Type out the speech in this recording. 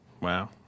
Wow